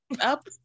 up